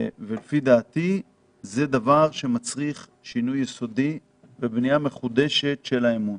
ולפי דעתי זה דבר שמצריך שינוי יסודי ובנייה מחודשת של האמון.